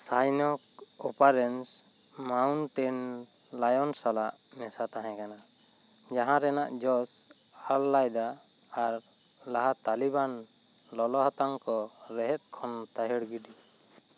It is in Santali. ᱥᱟᱭᱱᱚᱠ ᱚᱯᱟᱨᱮᱱᱥ ᱢᱟᱭᱩᱱᱴᱮᱱ ᱞᱟᱭᱚᱱ ᱥᱟᱞᱟᱜ ᱢᱮᱥᱟ ᱛᱟᱦᱮᱸ ᱠᱟᱱᱟ ᱡᱟᱦᱟᱸ ᱨᱮᱱᱟᱜ ᱡᱚᱥ ᱦᱟᱞᱞᱟᱭᱫᱟ ᱟᱨ ᱞᱟᱦᱟ ᱛᱟᱞᱤᱵᱟᱱ ᱞᱚᱞᱚ ᱦᱟᱛᱟᱝ ᱠᱚ ᱨᱮᱦᱮᱫ ᱠᱷᱚᱱ ᱛᱟ ᱦᱤᱲ ᱜᱤᱰᱤ